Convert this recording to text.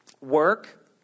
Work